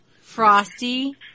frosty